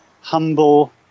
humble